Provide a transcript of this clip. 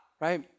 right